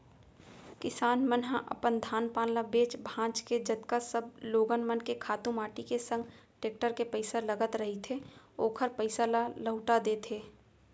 किसान मन ह अपन धान पान ल बेंच भांज के जतका सब लोगन मन के खातू माटी के संग टेक्टर के पइसा लगत रहिथे ओखर पइसा ल लहूटा देथे